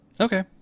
Okay